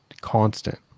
constant